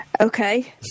Okay